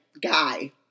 Guy